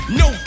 no